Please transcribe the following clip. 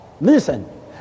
listen